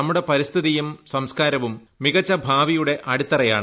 നമ്മുടെ പരിസ്ഥിതിയും സംസ്ക്കാരവും മികച്ച ഭാവിയുടെ അടിത്തറയാണ്